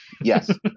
Yes